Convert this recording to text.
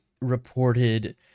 reported